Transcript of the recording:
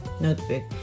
notebook